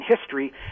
history